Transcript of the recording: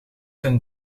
zijn